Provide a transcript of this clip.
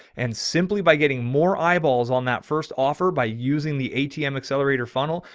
and simply by getting more eyeballs on that first offer by using the atm accelerator funnel,